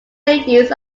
ladies